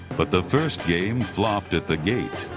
but the first game flopped at the gate.